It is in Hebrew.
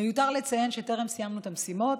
מיותר לציין שטרם סיימנו את המשימות.